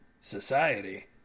society